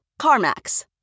CarMax